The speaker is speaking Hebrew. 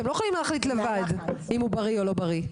אתם לא יכולים להחליט לבד אם הוא בריא או לא בריא,